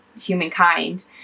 humankind